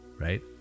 right